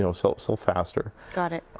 you know sell so faster. got it.